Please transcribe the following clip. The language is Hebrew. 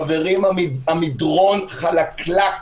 חברים, המדרון חלקלק.